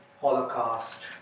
Holocaust